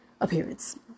Appearance